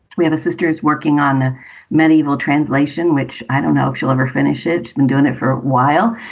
we have a sister is working on the medieval translation, which i don't know if she'll ever finish it. been doing it for a while.